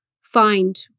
find